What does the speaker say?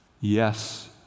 Yes